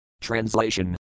Translation